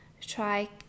try